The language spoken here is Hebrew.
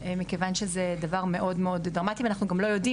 מכיוון שזה דבר מאוד דרמטי ואנחנו גם לא יודעים